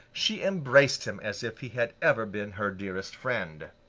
she embraced him as if he had ever been her dearest friend.